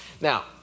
Now